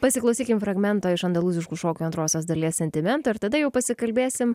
pasiklausykim fragmento iš andalūziškų šokių antrosios dalies sentimento ir tada jau pasikalbėsim